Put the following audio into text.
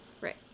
Right